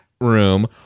room